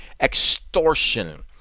extortion